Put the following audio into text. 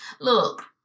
Look